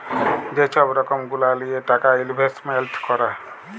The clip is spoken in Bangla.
যে ছব রকম গুলা লিঁয়ে টাকা ইলভেস্টমেল্ট ক্যরে